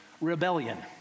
rebellion